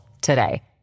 today